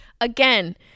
Again